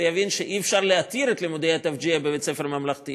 ויבין שאי-אפשר להתיר את לימודי התווג'יה בבית-ספר ממלכתי,